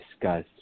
discussed